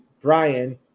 Brian